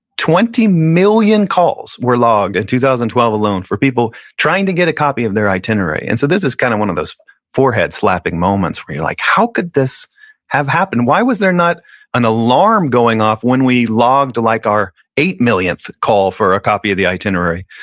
twenty million calls were logged in and two thousand and twelve alone for people trying to get a copy of their itinerary. and so this is kind of one of those forehead-slapping moments where you're like, how could this have happened? why was there not an alarm going off when we logged like our eight millionth call for a copy of the itinerary?